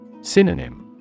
Synonym